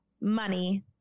money